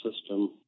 system